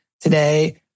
Today